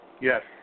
Yes